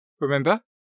remember